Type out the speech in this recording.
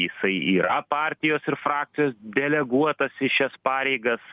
jisai yra partijos ir frakcijos deleguotas į šias pareigas